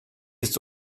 ist